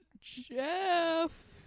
Jeff